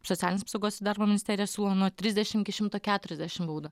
socialinės apsaugos ir darbo ministerija siūlo nuo trisdešimt iki šimto keturiasdešimt baudą